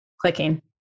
clicking